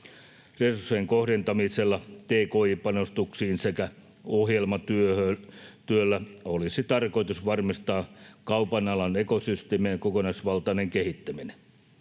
Resurssien kohdentamisella tki-panostuksiin sekä ohjelmatyöllä olisi tarkoitus varmistaa kaupan alan ekosysteeminen ja kokonaisvaltainen kehittäminen.